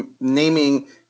naming